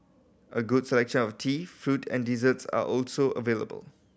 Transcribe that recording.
a good selection of tea fruit and desserts are also available